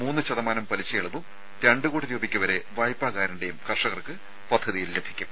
മൂന്ന് ശതമാനം പലിശയിളവും രണ്ട് കോടി രൂപയ്ക്കുവരെ വായ്പാ ഗ്യാരണ്ടിയും കർഷകർക്ക് പദ്ധതിയിൽ ലഭിക്കും